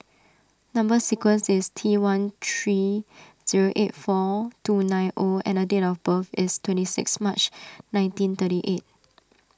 Number Sequence is T one three zero eight four two nine O and date of birth is twenty six March nineteen thirty eight